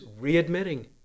readmitting